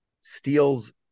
steals